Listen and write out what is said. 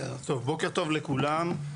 בוקר טוב לכולם.